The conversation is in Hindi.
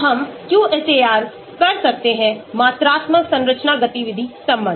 तो हम QSAR कर सकते हैं मात्रात्मक संरचना गतिविधि संबंध